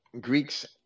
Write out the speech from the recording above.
Greeks